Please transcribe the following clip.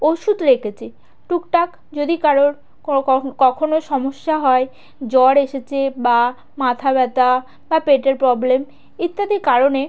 ওষুধ রেখেছে টুকটাক যদি কারোর কো কখনও সমস্যা হয় জ্বর এসেছে বা মাথা ব্যথা বা পেটের প্রবলেম ইত্যাদি কারণে